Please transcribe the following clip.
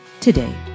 today